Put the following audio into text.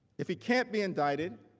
if you cannot be indicted,